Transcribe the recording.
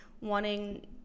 wanting